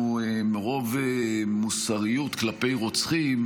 מרוב מוסריות כלפי רוצחים,